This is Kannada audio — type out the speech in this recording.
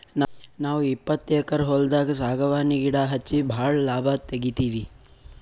ನಾವ್ ಇಪ್ಪತ್ತು ಎಕ್ಕರ್ ಹೊಲ್ದಾಗ್ ಸಾಗವಾನಿ ಗಿಡಾ ಹಚ್ಚಿ ಭಾಳ್ ಲಾಭ ತೆಗಿತೀವಿ